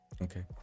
Okay